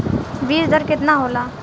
बीज दर केतना होला?